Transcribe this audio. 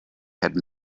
had